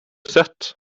sett